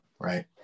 right